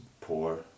poor